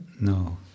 No